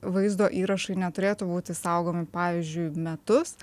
vaizdo įrašai neturėtų būti saugomi pavyzdžiui metus